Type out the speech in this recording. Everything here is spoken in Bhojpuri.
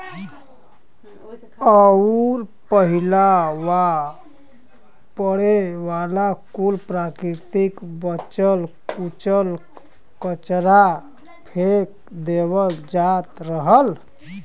अउर पहिलवा पड़े वाला कुल प्राकृतिक बचल कुचल कचरा फेक देवल जात रहल